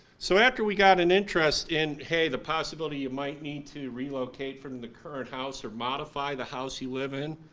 so after we got an interest in hey, the possibility you might need to relocate from your current house or modify the house you live in,